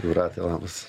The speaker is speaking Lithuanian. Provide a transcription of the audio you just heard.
jūrate labas